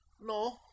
no